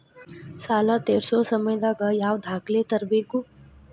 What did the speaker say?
ಸಾಲಾ ತೇರ್ಸೋ ಸಮಯದಾಗ ಯಾವ ದಾಖಲೆ ತರ್ಬೇಕು?